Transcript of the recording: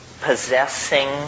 possessing